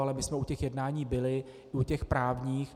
Ale my jsme u těch jednání byli, i u těch právních.